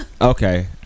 Okay